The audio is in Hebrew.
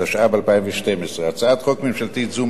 התשע"ב 2012. הצעת חוק ממשלתית זו,